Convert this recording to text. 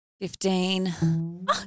Fifteen